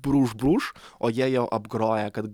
brūž brūž o jie jau apgroja kad